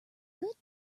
good